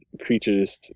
creatures